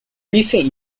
recent